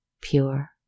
pure